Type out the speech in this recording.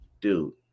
dude